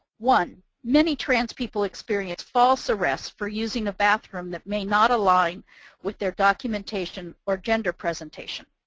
one, many trans people experience false arrest for using a bathroom that may not align with their documentation or gender presentation.